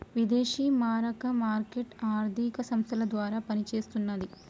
విదేశీ మారక మార్కెట్ ఆర్థిక సంస్థల ద్వారా పనిచేస్తన్నది